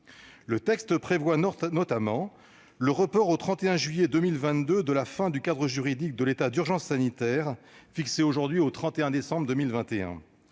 mesures importantes : le report au 31 juillet 2022 de la fin du cadre juridique de l'état d'urgence sanitaire, fixée aujourd'hui au 31 décembre 2021